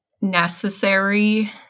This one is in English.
necessary